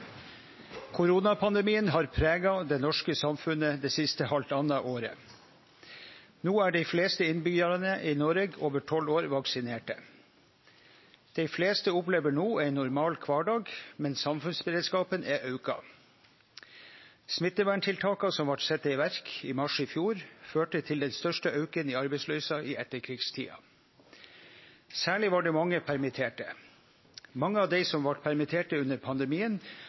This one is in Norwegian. Koronapandemien har prega det norske samfunnet det siste halvtanna året. No er dei fleste innbyggjarane i Noreg over 12 år vaksinerte. Dei fleste opplever no ein normal kvardag, men samfunnsberedskapen er auka. Smitteverntiltaka som vart sette i verk i mars i fjor, førte til den største auken i arbeidsløysa i etterkrigstida. Særleg var det mange permitterte. Mange av dei som vart permitterte under pandemien,